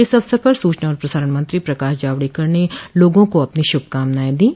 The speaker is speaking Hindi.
इस अवसर पर सूचना और प्रसारण मंत्री प्रकाश जावड़ेकर ने लोगों को अपनी शुभकामनाएं दीं